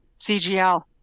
CGL